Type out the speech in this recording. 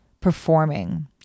performing